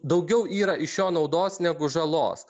daugiau yra iš jo naudos negu žalos